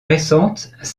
récentes